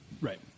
Right